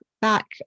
back